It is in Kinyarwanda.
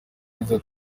nziza